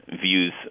views